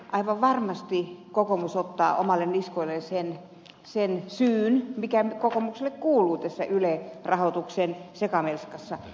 aivan varmasti kokoomus ottaa omille niskoilleen sen syyn mikä kokoomukselle kuuluu tässä yle rahoituksen sekamelskassa